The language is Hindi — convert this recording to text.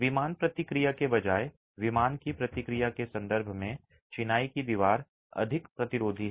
विमान प्रतिक्रिया के बजाय विमान की प्रतिक्रिया के संदर्भ में चिनाई की दीवार अधिक प्रतिरोधी है